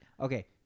Okay